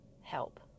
help